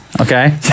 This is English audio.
Okay